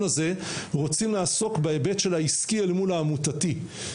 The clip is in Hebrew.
הזה רצים לעסוק בהיבט של העסקי אל מול העמותתי,